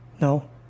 No